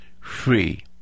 Free